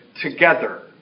together